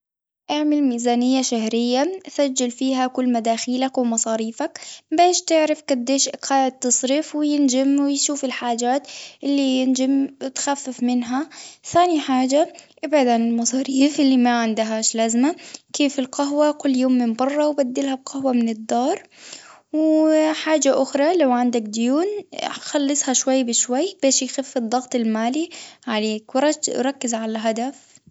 اعمل ميزانية شهريًا سجل فيها كل مداخيلك ومصاريفك، باش تعرف قديش قاعد تصرف وينجم ويشوف الحاجات اللي ينجم تخفف منها، ثاني حاجة ابعد عن المصاريف اللي ما عندهاش لازمة كيف القهوة كل يوم من برة وبدلها بقهوة من الدار ، وحاجة أخرى لوعندك ديون خلصها شوي بشوي باش يخف الضغط المالي عليك ورج- وركز على الهدف.